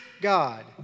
God